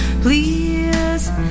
Please